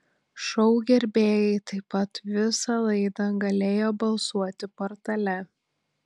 šou gerbėjai taip pat visą laidą galėjo balsuoti portale